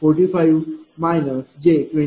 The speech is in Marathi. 79आहे